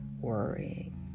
worrying